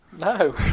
No